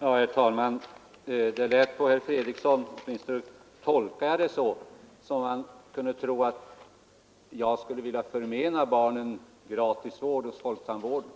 Herr talman! Det lät på herr Fredriksson — åtminstone tolkade jag det så — som om han trodde att jag ville förmena barnen gratis tandvård hos folktandvården,